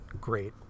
great